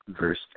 verse